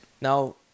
Now